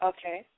Okay